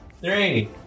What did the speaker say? three